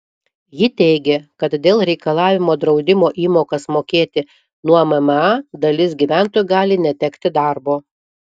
ji teigė kad dėl reikalavimo draudimo įmokas mokėti nuo mma dalis gyventojų gali netekti darbo